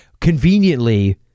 conveniently